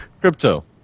Crypto